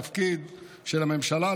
התפקיד של הממשלה,